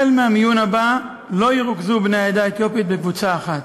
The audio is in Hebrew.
החל מהמיון הבא לא ירוכזו בני העדה האתיופית בקבוצה אחת.